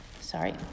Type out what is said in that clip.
sorry